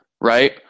right